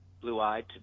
blue-eyed